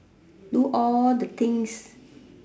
do all the things